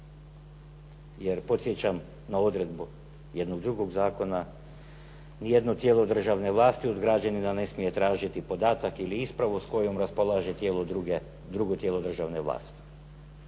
Jer podsjećam na odredbu jednog drugog zakona, nijedno tijelo državne vlasti od građanina ne smije tražiti podatak ili ispravu s kojom raspolaže drugo tijelo državne vlasti.